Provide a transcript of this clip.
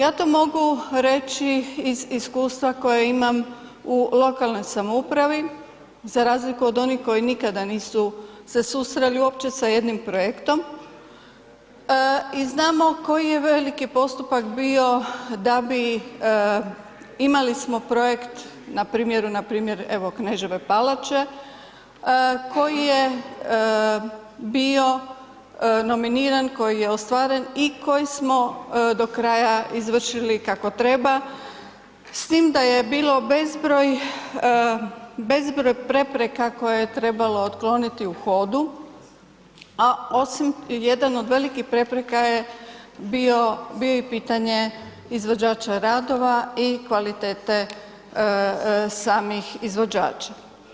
Ja to mogu reći iz iskustva koje imam u lokalnoj samoupravi, za razliku od onih koji nikada nisu se susreli uopće sa jednim projektom i znamo koji je veliki postupak bio da bi imali smo projekt na primjeru, npr. evo Kneževe palače koji je bio nominiran, koji je ostvaren i koji smo do kraja izvršili kako treba, s tim da je bilo bezbroj prepreka koje je trebalo otkloniti u hodu, a osim jedan od velikih prepreka je bio i pitanje izvođača radova i kvalitete samih izvođača.